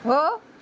हो